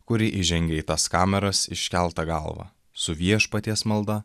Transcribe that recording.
kuri įžengia į tas kameras iškelta galva su viešpaties malda